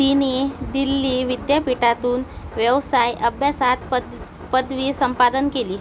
तिने दिल्ली विद्यापीठातून व्यवसाय अभ्यासात पद पदवी संपादन केली